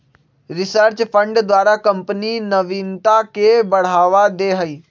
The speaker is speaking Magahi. रिसर्च फंड द्वारा कंपनी नविनता के बढ़ावा दे हइ